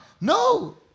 No